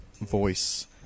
voice